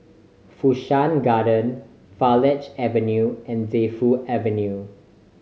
Fu Shan Garden Farleigh Avenue and Defu Avenue